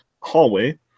hallway